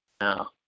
No